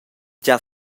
gia